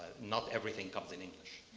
not everything comes in english.